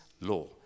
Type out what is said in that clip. law